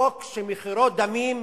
חוק שמחירו דמים,